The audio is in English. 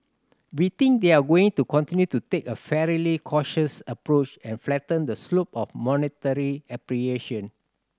we think they're going to continue to take a fairly cautious approach and flatten the slope of monetary appreciation